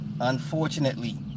Unfortunately